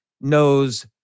knows